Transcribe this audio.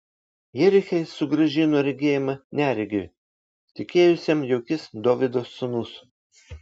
jeriche jis sugrąžino regėjimą neregiui tikėjusiam jog jis dovydo sūnus